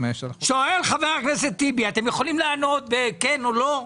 שואל חבר הכנסת טיבי - אתם יכולים לענות כן או לא,